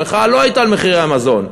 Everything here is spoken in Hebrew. המחאה לא הייתה על מחירי המזון.